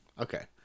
Okay